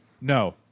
no